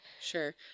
sure